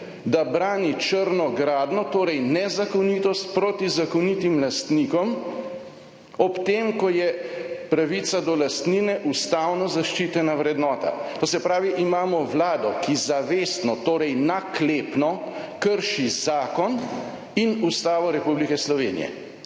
da brani črno gradnjo, torej nezakonitost, proti zakonitim lastnikom, ob tem, ko je pravica do lastnine ustavno zaščitena vrednota. To se pravi, imamo Vlado, ki zavestno, torej naklepno krši zakon in Ustavo Republike Slovenije,